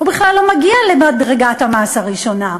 הוא בכלל לא מגיע למדרגת המס הראשונה.